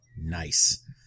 Nice